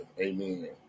Amen